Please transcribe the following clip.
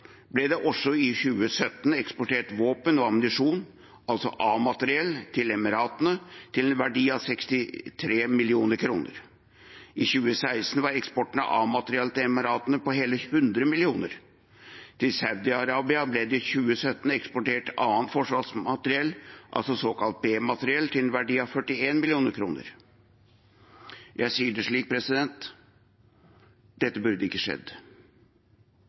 ble det også i 2017 eksportert våpen og ammunisjon, altså A-materiell, til Emiratene til en verdi av 63 mill. kr. I 2016 var eksporten av A-materiell til Emiratene på hele 100 mill. kr. Til Saudia-Arabia ble det i 2017 eksportert annet forsvarsmateriell, såkalt B-materiell, til en verdi av 41 mill. kr. Jeg sier det slik: Dette burde ikke skjedd.